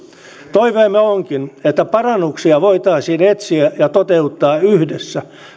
toiveemme onkin että parannuksia voitaisiin etsiä ja toteuttaa yhdessä